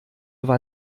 war